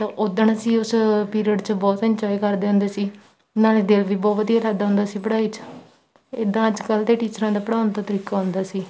ਤਾਂ ਉਦਣ ਅਸੀਂ ਉਸ ਪੀਰੀਅਡ 'ਚ ਬਹੁਤ ਇੰਜੋਏ ਕਰਦੇ ਹੁੰਦੇ ਸੀ ਨਾਲੇ ਦਿਲ ਵੀ ਬਹੁਤ ਵਧੀਆ ਲੱਗਦਾ ਹੁੰਦਾ ਸੀ ਪੜ੍ਹਾਈ 'ਚ ਇੱਦਾਂ ਅੱਜ ਕੱਲ੍ਹ ਦੇ ਟੀਚਰਾਂ ਦਾ ਪੜ੍ਹਾਉਣ ਦਾ ਤਰੀਕਾ ਹੁੰਦਾ ਸੀ